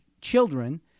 children